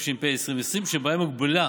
התש"ף 2020, שבהן הוגבלה